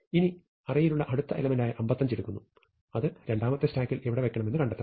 ഇനി അറേയിലുള്ള അടുത്ത എലെമെന്റായ 55 എടുക്കുന്നു അത് രണ്ടാമത്തെ സ്റ്റാക്കിൽ എവിടെ വെക്കണമെന്ന് കണ്ടെത്തണം